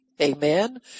Amen